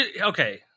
Okay